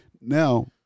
Now